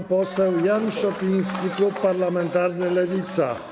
Pan poseł Jan Szopiński, klub parlamentarny Lewica.